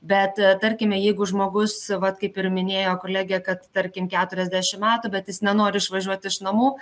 bet tarkime jeigu žmogus vat kaip ir minėjo kolegė kad tarkim keturiasdešim metų bet jis nenori išvažiuot iš namų